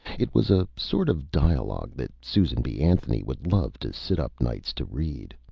it was a sort of dialogue that susan b. anthony would love to sit up nights to read.